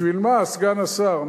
בשביל מה, סגן השר?